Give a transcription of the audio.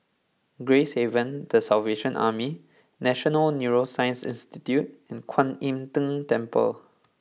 Gracehaven The Salvation Army National Neuroscience Institute and Kwan Im Tng Temple